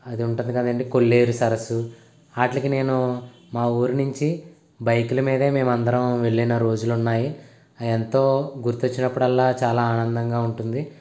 అదుంటుంది కదండి కొల్లేరు సరస్సు ఆటిలికి నేను మా ఊరునుంచి బైకుల మీదే మేమందరం వెళ్ళిన రోజులున్నాయి అవెంతో గుర్తొచ్చినప్పుడల్లా చాలా ఆనందంగా ఉంటుంది